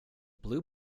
blue